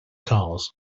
cars